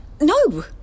No